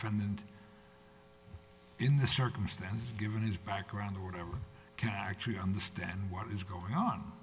from and in the circumstances given his background or whatever can actually understand what is going on